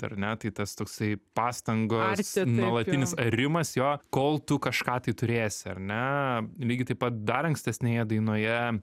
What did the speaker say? ar ne tai tas toksai pastangos nuolatinis arimas jo kol tu kažką tai turėsi ar ne lygiai taip pat dar ankstesnėje dainoje